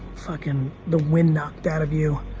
fucking, the wind knocked out of you.